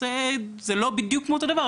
זה לא בדיוק אותו דבר,